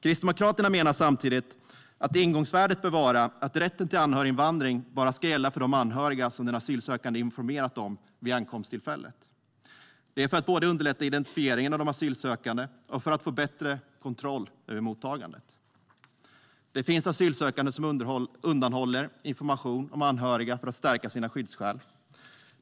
Kristdemokraterna menar samtidigt att ingångsvärdet bör vara att rätten till anhöriginvandring bara ska gälla för de anhöriga som den asylsökande informerat om vid ankomsttillfället. Det är både för att underlätta identifieringen av de asylsökande och för att få bättre kontroll över mottagandet. Det finns asylsökande som undanhåller information om anhöriga för att stärka sina skyddsskäl.